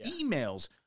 emails